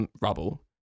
rubble